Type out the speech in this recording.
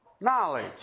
knowledge